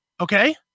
Okay